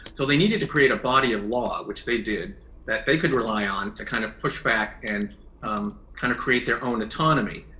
so, they needed to create a body of law, which they did that they could rely on to kind of push back and um kind of create their own autonomy.